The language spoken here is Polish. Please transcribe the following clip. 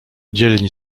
dzielni